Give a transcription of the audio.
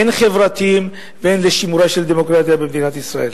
הן חברתיים והן לשימורה של הדמוקרטיה במדינת ישראל.